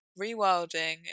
Rewilding